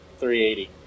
380